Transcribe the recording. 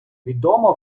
відома